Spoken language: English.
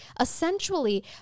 essentially